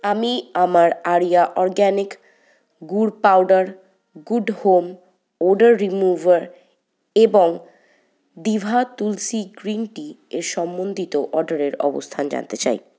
আমি আমার আরিয়া অর্গানিক গুড় powder good home odour remover এবং দিভা তুলসি গ্রিন টির সম্বন্ধিত অর্ডারের অবস্থান জানতে চাই